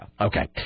Okay